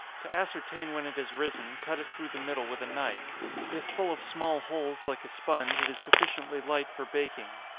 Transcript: to ascertain when it has risen, cut it through the middle with a knife if full of small holes like a sponge, it is sufficiently light for baking.